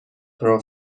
پرو